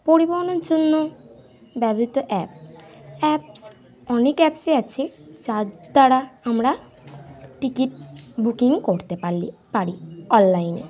পরিবহনের জন্য ব্যবহৃত অ্যাপ অ্যাপস অনেক অ্যাপস আছে যার দ্বারা আমরা টিকিট বুকিং করতে পারলি পারি অললাইনে